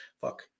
Fuck